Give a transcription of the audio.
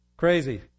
Crazy